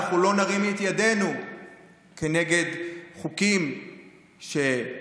אנחנו לא נרים את ידנו בעד חוקים שיפגעו